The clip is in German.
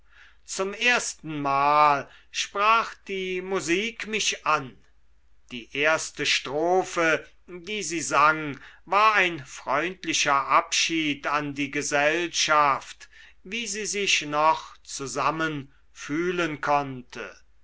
zum erstenmal sprach die musik mich an die erste strophe die sie sang war ein freundlicher abschied an die gesellschaft wie sie sich noch zusammen fühlen konnte